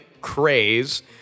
craze